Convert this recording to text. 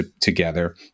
together